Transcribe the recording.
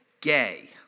Gay